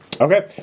Okay